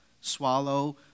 swallow